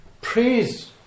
praise